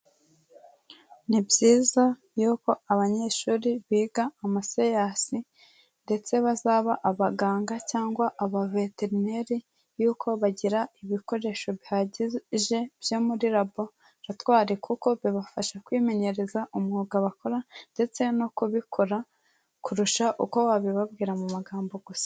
Ni byiza yuko abanyeshuri biga amaseyasi, ndetse bazaba abaganga cyangwa aba veterineri yuko bagira ibikoresho bihagije byo muri raboratwairi kuko bibafasha kwimenyereza umwuga bakora, ndetse no kubikora kurusha uko wabibabwira mu magambo gusa.